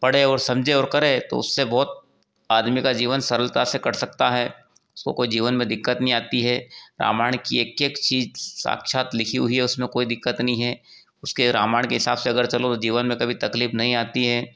पढ़ें और समझें और करें तो उससे बहुत आदमी का जीवन सरलता से कट सकता है उसको कोई जीवन में दिक्कत नहीं आती है रामायण की एक एक चीज़ साक्षात लिखी हुई है उसमें कोई दिक्कत नहीं है उसके रामायण के हिसाब से अगर चलो तो जीवन में कभी तकलीफ नहीं आती है